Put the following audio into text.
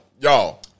Y'all